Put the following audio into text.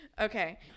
Okay